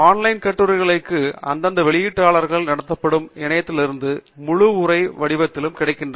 online கட்டுரைகளும் அந்தந்த வெளியீட்டாளர்களால் நடத்தப்படும் இணையதளங்களிலிருந்து முழு உரை வடிவத்திலும் கிடைக்கின்றன